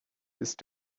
ist